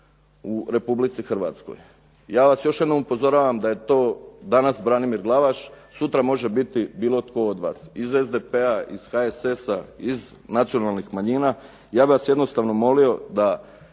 u Republici Hrvatskoj. Ja vas još jednom upozoravam da je to danas Branimir Glavaš, sutra može biti bilo tko od vas, iz SDP-a, iz HSS-a, iz nacionalnih manjina. Ja bih vas jednostavno molio da